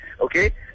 Okay